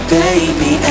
baby